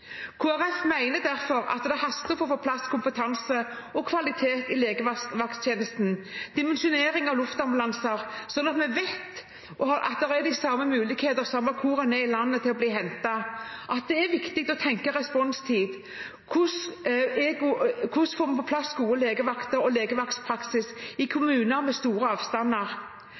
derfor at det haster å få på plass kompetanse og kvalitet i legevakttjenesten og dimensjonering av luftambulanser, slik at vi vet at det er de samme mulighetene til å bli hentet samme hvor en er i landet, at det er viktig å tenke responstid og hvordan man får på plass gode legevakter og god legevaktpraksis i kommuner med store avstander,